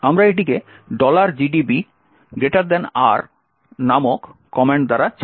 আমরা এটিকে gdbr নামক কমান্ড দ্বারা চালাই